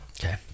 okay